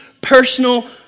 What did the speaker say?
personal